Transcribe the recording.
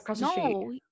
no